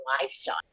lifestyle